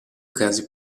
case